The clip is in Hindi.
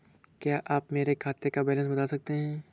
क्या आप मेरे खाते का बैलेंस बता सकते हैं?